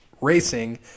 Racing